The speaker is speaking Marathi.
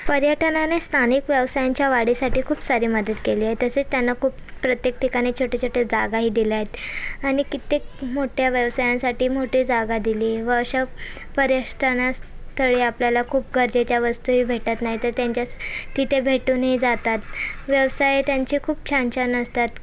पर्यटनाने स्थानिक व्यवसायांच्या वाढीसाठी खूप सारी मदत केली आहे तसेच त्यानं खूप प्रत्येक ठिकाणी छोटे छोटे जागाही दिल्या आहेत आणि कित्येक मोठ्या व्यवसायांसाठी मोठी जागा दिली व अशा परेशठानास स्थळी आपल्याला खूप गरजेच्या वस्तूही भेटत नाही तर त्यांच्या तिथे भेटूनही जातात व्यवसाय त्यांचे खूप छान छान असतात